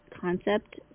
concept